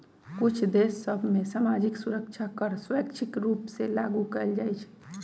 कुछ देश सभ में सामाजिक सुरक्षा कर स्वैच्छिक रूप से लागू कएल जाइ छइ